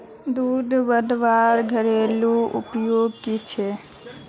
दूध बढ़वार घरेलू उपाय की छे?